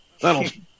That'll